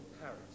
Paris